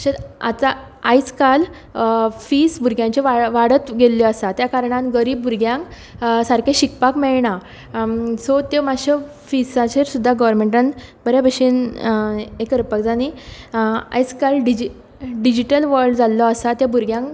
तशेंत आयज काल फीज भुरग्यांच्यो वाडत गेल्ल्यो आसा त्या कारणान गरीब भुरग्यांक सारकें शिकपाक मेयणा सो त्यो मातशो फिजांचेर सुद्दां गोवरमेंटान बरे भशेन हें करपाक जाय आनी आयज काल डिजी डिजीटल वर्ल्ड जाल्लो आसा ते भुरग्यांक